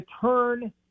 turn